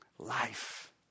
Life